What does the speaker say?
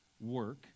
work